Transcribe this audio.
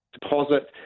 deposit